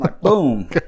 boom